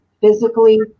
physically